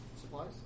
supplies